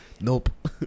Nope